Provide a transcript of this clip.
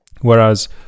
Whereas